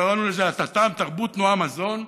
קראנו לזה תת"מ, תרבות, תנועה, מזון.